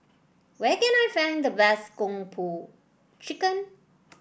where can I find the best Kung Po Chicken